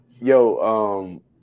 yo